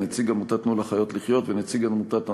נציג עמותת "תנו לחיות לחיות" ונציג עמותת "אנונימוס",